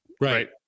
Right